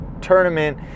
tournament